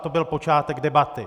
To byl počátek debaty.